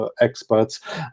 experts